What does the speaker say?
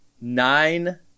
Nine